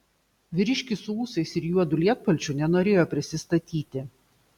vyriškis su ūsais ir juodu lietpalčiu nenorėjo prisistatyti